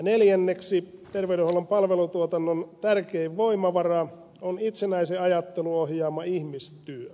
neljänneksi terveydenhuollon palvelutuotannon tärkein voimavara on itsenäisen ajattelun ohjaama ihmistyö